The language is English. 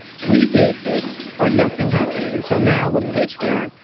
we did this or nothing happened. and so now with patreon,